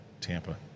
Tampa